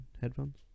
headphones